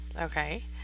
Okay